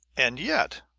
and yet,